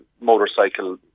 motorcycle